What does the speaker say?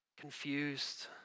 confused